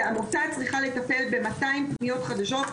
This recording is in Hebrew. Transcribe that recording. שעמותה צריכה לטפל ב-200 פניות חדשות?